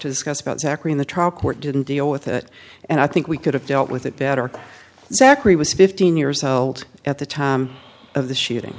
court didn't deal with it and i think we could have dealt with it better zachary was fifteen years old at the time of the shooting